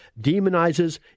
demonizes